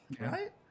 right